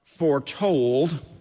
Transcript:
foretold